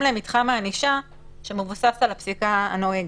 למתחם הענישה שמבוסס על הפסיקה הנוהגת.